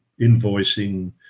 invoicing